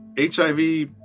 HIV